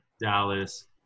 Dallas